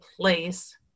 place